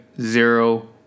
zero